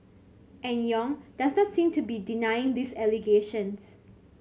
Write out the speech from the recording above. and Yong does not seem to be denying these allegations